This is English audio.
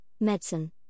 medicine